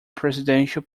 presidential